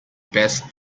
best